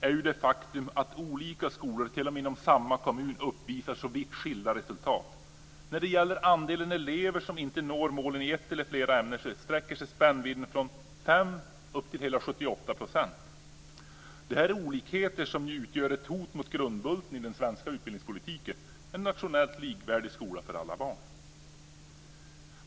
Det är det faktum att olika skolor t.o.m. inom samma kommun uppvisar så vitt skilda resultat. När det gäller andelen elever som inte når målen i ett eller flera ämnen sträcker sig spännvidden från 5 % upp till hela 78 %. Det är olikheter som utgör ett hot mot grundbulten i den svenska utbildningspolitiken, en nationellt likvärdig skola för alla barn.